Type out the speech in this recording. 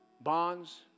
Bonds